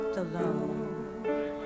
alone